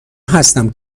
هستم